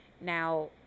now